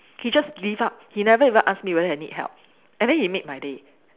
he just lift up he never even ask me whether I need help and then he made my day